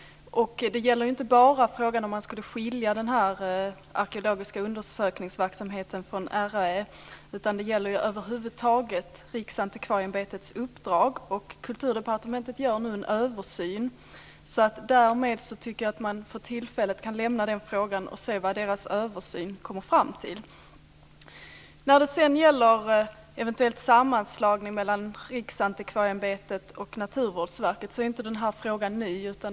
Det gäller inte bara frågan om man skulle skilja den arkeologiska undersökningsverksamheten från RAÄ, utan det gäller över huvud taget Riksantikvarieämbetets uppdrag. Kulturdepartementet gör nu en översyn, och därmed tycker jag att man för tillfället kan lämna den frågan och avvakta vad man kommer fram till i sin översyn. Frågan om en sammanslagning av Riksantikvarieämbetet och Naturvårdsverket är inte ny.